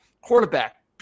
Quarterback